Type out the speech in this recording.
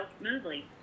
smoothly